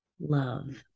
love